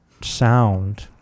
sound